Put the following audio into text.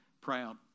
proud